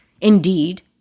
Indeed